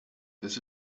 this